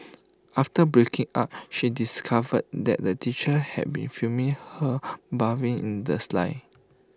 after breaking up she discovered that the teacher had been filming her bathing in the sly